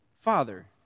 Father